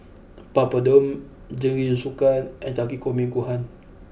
Papadum Jingisukan and Takikomi Gohan